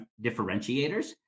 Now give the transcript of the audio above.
differentiators